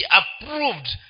approved